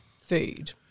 food